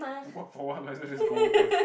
walk for what might as well just go home first